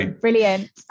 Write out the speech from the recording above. Brilliant